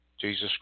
Jesus